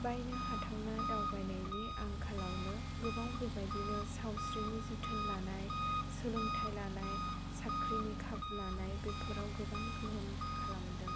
बायनो हाथावना दावबायनायनि आंखालावनो गोबां बेबायदिनो सावस्रिनि जोथोन लानाय सोलोंथाय लानाय साख्रिनि खाबु लानाय बेफोराव गोबां गोहोम खालामदों